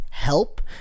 help